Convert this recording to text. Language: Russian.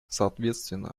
соответственно